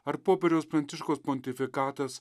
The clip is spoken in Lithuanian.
ar popiežiaus pranciškaus pontifikatas